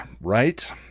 Right